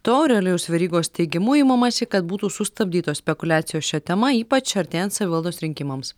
to aurelijaus verygos teigimu imamasi kad būtų sustabdytos spekuliacijos šia tema ypač artėjant savivaldos rinkimams